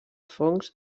fongs